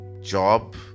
job